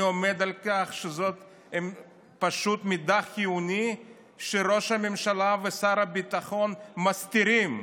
אני עומד על כך שזה פשוט מידע חיוני שראש הממשלה ושר הביטחון מסתירים.